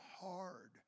hard